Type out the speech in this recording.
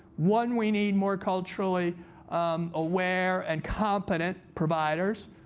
one, we need more culturally aware and competent providers.